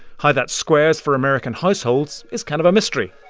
how that squares for american households is kind of a mystery,